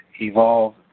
evolve